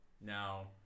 Now